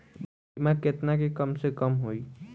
बीमा केतना के कम से कम होई?